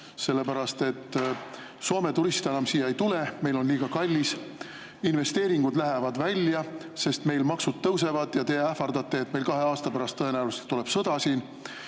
sellepärast et Soome turist enam siia ei tule, meil on liiga kallis. Investeeringud lähevad välja, sest meil maksud tõusevad. Ja te ähvardate, et meil tuleb kahe aasta pärast siin tõenäoliselt sõda.